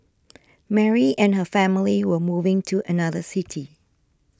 Mary and her family were moving to another city